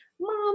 mom